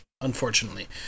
Unfortunately